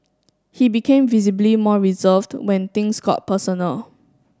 he became visibly more reserved when things got personal